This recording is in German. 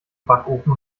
backofen